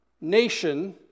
nation